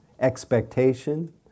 Expectation